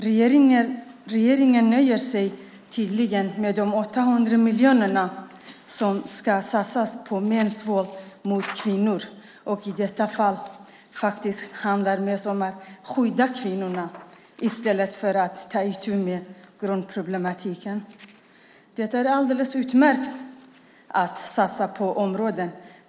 Regeringen nöjer sig tydligen med de 800 miljoner som ska satsas på att motverka mäns våld mot kvinnor. I detta fall handlar det faktiskt mest om att skydda kvinnorna i stället för att ta itu med grundproblematiken. Det är alldeles utmärkt att satsa på det här området.